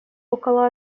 около